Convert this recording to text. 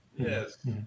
Yes